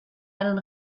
einen